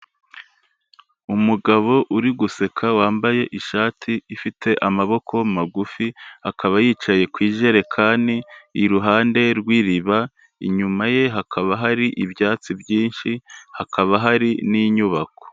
Umugabo uri guseka wambaye ishati ifite amaboko magufi, akaba yicaye ku ijerekani iruhande rw'iriba, inyuma ye hakaba hari ibyatsi byinshi, hakaba hari n'inyubako.